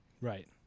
Right